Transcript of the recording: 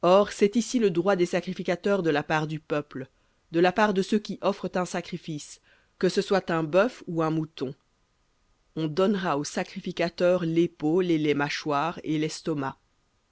or c'est ici le droit des sacrificateurs de la part du peuple de la part de ceux qui offrent un sacrifice que ce soit un bœuf ou un mouton on donnera au sacrificateur l'épaule et les mâchoires et l'estomac